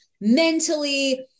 mentally